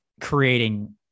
creating